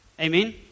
Amen